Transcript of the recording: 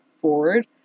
forward